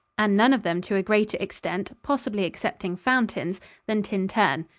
and none of them to a greater extent possibly excepting fountain's than tintern.